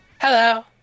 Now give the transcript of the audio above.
Hello